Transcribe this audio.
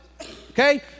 Okay